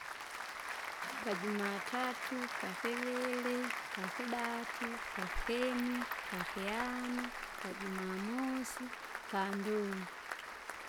Pajumatatu, kakivili, pakidatu, pahini, pakihano, pajumamosi, pandungu.